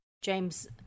James